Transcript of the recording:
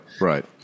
right